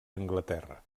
anglaterra